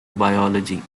biology